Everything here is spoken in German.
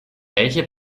welche